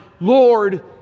Lord